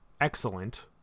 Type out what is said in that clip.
excellent